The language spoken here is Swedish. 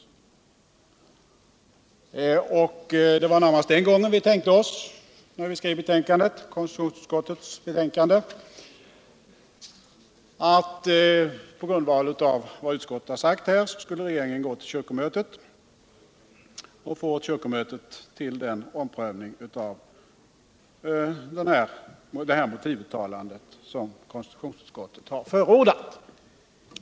Den gång som vi närmast hade tänkt oss när vi skrev betänkandet var att regeringen, på grundval av vad utskottet har sagt, skulle få kyrkomötet att göra den omprövning av motivuttalandet som konstitutionsutskottet har förordat.